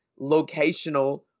locational